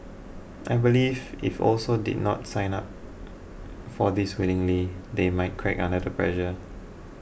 I believe if also did not sign up for this willingly they might crack under the pressure